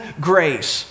grace